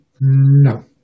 no